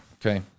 Okay